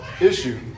issue